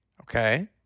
okay